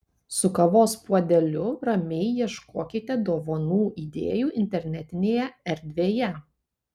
su kavos puodeliu ramiai ieškokite dovanų idėjų internetinėje erdvėje